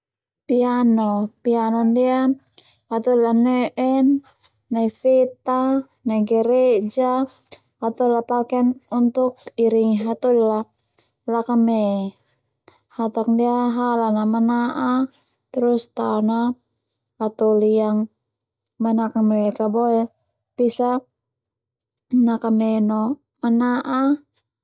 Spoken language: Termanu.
Piano ndia hatoli la ne'en nai feta nai gereja hatoli la paken untuk iringi hatoli la lakame hatak ndia halan manaa terus tao na hatoli yang manakamek a boe bisa nakame no mana'a.